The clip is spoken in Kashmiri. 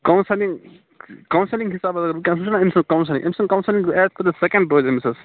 کونٛسلِنٛگ کونٛسلِنٛگ حِسابہٕ اگر وُنکیٚنَس وُچھو نا أمۍ سٕنٛز کونٛسلِنٛگ أمۍ سٕنٛز کونٛسلِنٛگ گٔے ایز پٔر سیٚکَنٛڈ روزِ أمِس حظ